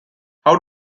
how